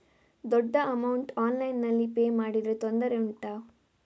ದೊಡ್ಡ ಅಮೌಂಟ್ ಆನ್ಲೈನ್ನಲ್ಲಿ ಪೇ ಮಾಡಿದ್ರೆ ತೊಂದರೆ ಉಂಟಾ?